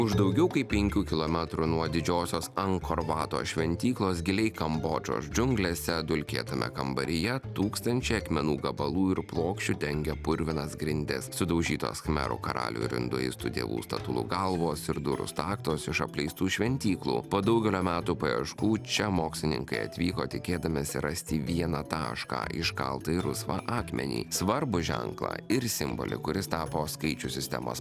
už daugiau kaip penkių kilometrų nuo didžiosios ankorvato šventyklos giliai kambodžos džiunglėse dulkėtame kambaryje tūkstančiai akmenų gabalų ir plokščių dengia purvinas grindis sudaužytos karalių ir induistų dievų statulų galvos ir durų staktos iš apleistų šventyklų po daugelio metų paieškų čia mokslininkai atvyko tikėdamiesi rasti vieną tašką iškaltą į rusvą akmenį svarbų ženklą ir simbolį kuris tapo skaičių sistemos